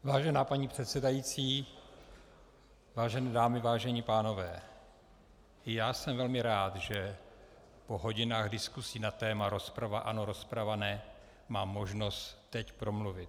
Vážená paní předsedající, vážené dámy, vážení pánové, i já jsem velmi rád, že po hodinách diskusí na téma rozprava ano, rozprava ne, mám možnost teď promluvit.